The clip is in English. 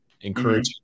encourage